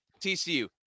TCU